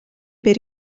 per